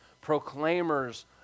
proclaimers